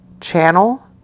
channel